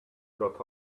got